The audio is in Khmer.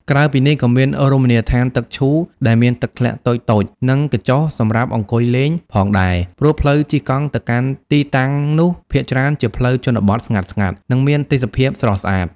ក្រៅពីនេះក៏មានរមណីយដ្ឋានទឹកឈូ ដែលមានទឹកធ្លាក់តូចៗ និងក្យូសសម្រាប់អង្គុយលេងផងដែរ ព្រោះផ្លូវជិះកង់ទៅកាន់ទីតាំងនោះភាគច្រើនជាផ្លូវជនបទស្ងាត់ៗ និងមានទេសភាពស្រស់ស្អាត។